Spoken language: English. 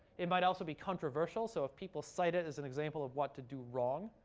it might also be controversial. so if people cite it as an example of what to do wrong,